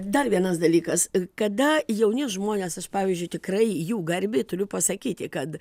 dar vienas dalykas kada jauni žmonės aš pavyzdžiui tikrai jų garbei turiu pasakyti kad